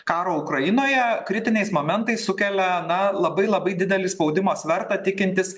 karo ukrainoje kritiniais momentais sukelia na labai labai didelį spaudimo svertą tikintis